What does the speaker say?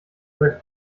bei